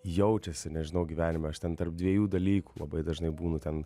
jaučiasi nežinau gyvenime aš ten tarp dviejų dalykų labai dažnai būnu ten